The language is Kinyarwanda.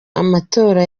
amatora